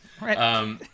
Right